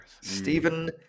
stephen